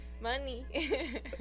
money